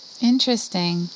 interesting